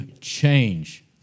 change